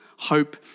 hope